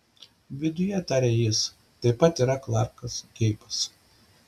viduje tarė jis taip pat yra klarkas geibas